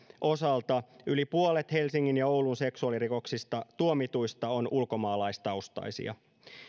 osalta yli puolet helsingin ja oulun seksuaalirikoksista tuomituista on ulkomaalaistaustaisia